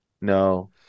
No